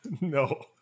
No